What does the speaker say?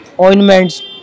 ointments